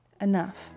enough